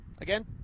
Again